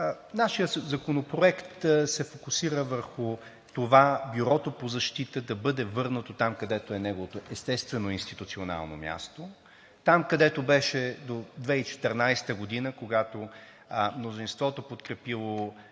Нашият законопроект се фокусира върху това Бюрото по защита да бъде върнато там, където е неговото естествено институционално място, там, където беше до 2014 г., когато мнозинството, подкрепило